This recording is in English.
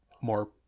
more